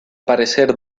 aparecer